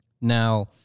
Now